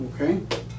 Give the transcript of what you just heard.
okay